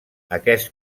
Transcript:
aquest